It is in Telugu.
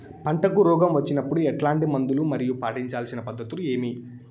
పంటకు రోగం వచ్చినప్పుడు ఎట్లాంటి మందులు మరియు పాటించాల్సిన పద్ధతులు ఏవి?